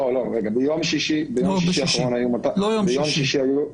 ביום שישי האחרון --- לא יום שישי.